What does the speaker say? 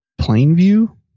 Plainview